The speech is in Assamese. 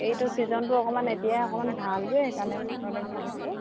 এইটো ছিজনটো অকণমান এতিয়াাই অকণমান ভাল যে সেইকাৰণে মনতে ভাবিছোঁ